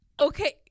okay